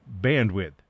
bandwidth